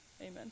Amen